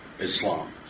Islam